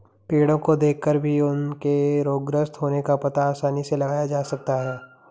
पेड़ो को देखकर भी उनके रोगग्रस्त होने का पता आसानी से लगाया जा सकता है